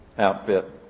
outfit